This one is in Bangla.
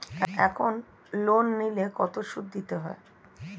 এখন লোন নিলে কত সুদ দিতে হয়?